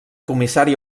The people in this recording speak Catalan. comissari